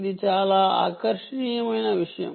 ఇది చాలా ఆకర్షణీయమైన విషయం